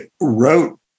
wrote